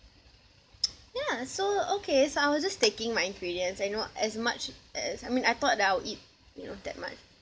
ya so okay so I was just taking my ingredients and you know as much as I mean that I thought that I would eat you know that much